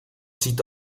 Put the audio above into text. sito